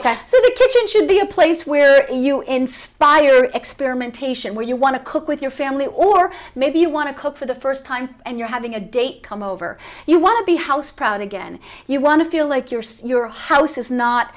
ok so the kitchen should be a place where you inspire experimentation where you want to cook with your family or maybe you want to cook for the first and you're having a date come over you want to be house proud again you want to feel like your so your house is not